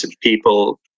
people